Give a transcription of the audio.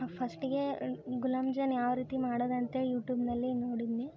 ಫಸ್ಟಿಗೆ ಗುಲಾಬ್ ಜಾನ್ ಯಾವ ರೀತಿ ಮಾಡೋದು ಅಂತೇಳಿ ಯುಟೂಬ್ನಲ್ಲಿ ನೋಡಿದ್ನ್ಯೆ